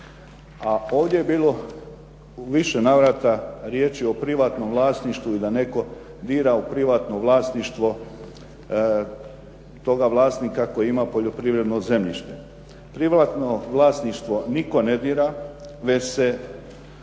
ovdje je bilo u više navrata riječi o privatnom vlasništvu i da netko dira u privatno vlasništvo toga vlasnika koji ima poljoprivredno zemljište. Privatno vlasništvo nitko ne dira, već se